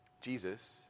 Jesus